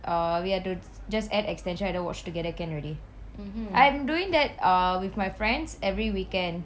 err we have to just add extension and then watch together can already I'm doing that err with my friends every weekend